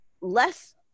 less